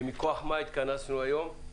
ומכוח מה התכנסנו היום.